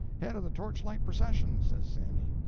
head of the torchlight procession, says sandy.